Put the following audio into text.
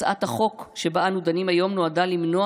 הצעת החוק שבה אנו דנים היום נועדה למנוע